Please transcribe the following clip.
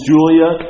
Julia